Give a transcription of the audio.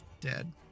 dead